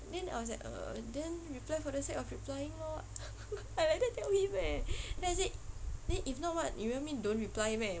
then I was like err then reply for the sake of replying lor I like that tell him eh then I said then if not what you want me don't reply him meh